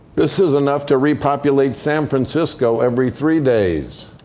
this is enough to repopulate san francisco every three days.